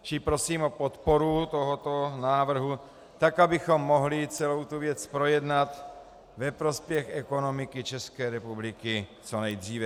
Čili prosím o podporu tohoto návrhu, tak, abychom mohli celou tu věc projednat ve prospěch ekonomiky České republiky co nejdříve.